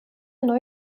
neue